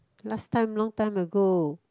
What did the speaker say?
last time long time ago